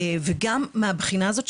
וגם מהבחינה הזאת,